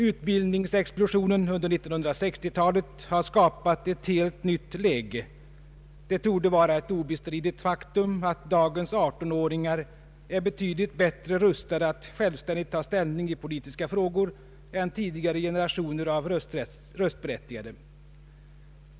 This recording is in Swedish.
Utbildningsexplosionen under 1960 talet har skapat ett helt nytt läge — det torde vara ett obestridligt faktum att dagens 18-åringar är betydligt bättre rustade att självständigt ta ställning i politiska frågor än tidigare generationer av röstberättigade.